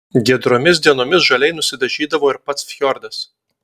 giedromis dienomis žaliai nusidažydavo ir pats fjordas